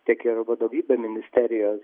tiek ir vadovybę ministerijos